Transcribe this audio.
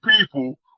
people